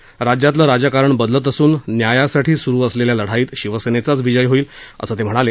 महाराष्ट्रातलं राजकारण बदलत असून न्यायासाठी सूरु असलेल्या लढाईत शिवसेनेचाच विजय होईल असं ते म्हणाले